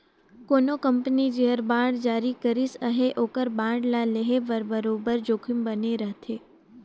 कोनो कंपनी जेहर बांड जारी करिस अहे ओकर बांड ल लेहे में बरोबेर जोखिम बने रहथे